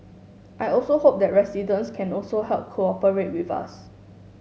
I also hope that residents can also help cooperate with us